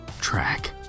track